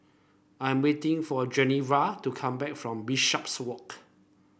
I'm waiting for Genevra to come back from Bishopswalk